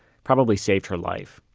probably saved her life